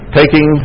taking